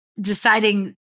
deciding